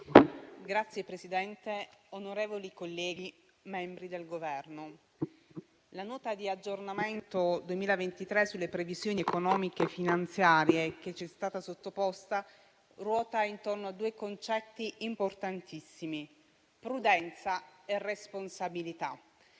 Signor Presidente, onorevoli colleghi, membri del Governo, la Nota di aggiornamento 2023 sulle previsioni economiche e finanziarie che ci è stata sottoposta ruota intorno a due concetti importantissimi: prudenza e responsabilità.